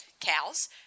Cows